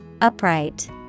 Upright